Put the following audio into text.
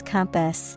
Compass